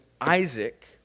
Isaac